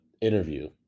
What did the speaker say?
interview